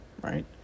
right